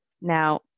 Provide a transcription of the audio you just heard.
Now